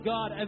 God